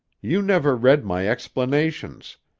you never read my explanations.